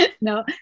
No